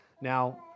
Now